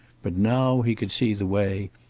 but now he could see the way,